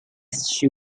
she